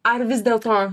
ar vis dėlto